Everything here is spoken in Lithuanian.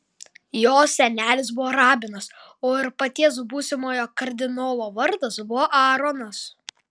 jo senelis buvo rabinas o ir paties būsimojo kardinolo vardas buvo aaronas